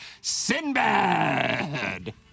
Sinbad